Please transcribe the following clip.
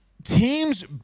Teams